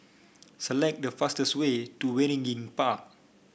select the fastest way to Waringin Park